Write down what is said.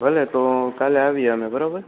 ભલે તો કાલે આવી અમે બરાબર